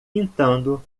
pintando